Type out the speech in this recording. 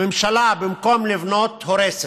הממשלה, במקום לבנות, הורסת.